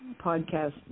podcast